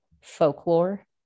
folklore